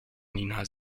nina